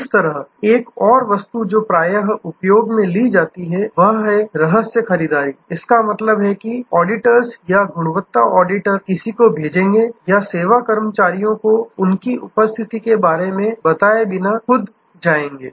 इसी तरह एक और वस्तु जो प्राय उपयोग मैं ली जाती है वह है रहस्य खरीदारी इसका मतलब है कि ऑडिटर्स या गुणवत्ता ऑडिटर किसी को भेजेंगे या सेवा कर्मचारियों को उनकी उपस्थिति के बारे में बताए बिना खुद जाएंगे